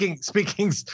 Speaking